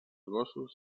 gossos